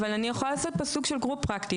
אבל אני יכולה לעשות פה סוג של group practice,